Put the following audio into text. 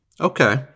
Okay